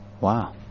Wow